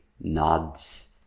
nods